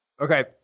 Okay